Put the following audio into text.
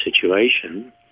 situation